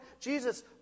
Jesus